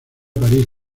parís